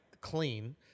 clean